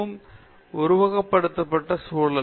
எனவே இது ஒரு மிகவும் உருவகப்படுத்தப்பட்ட சூழல்